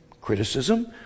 criticism